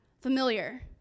familiar